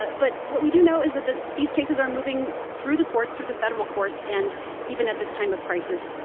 ah but what we do know is that these cases are moving through the courts, through the federal courts. and even at this time of crisis,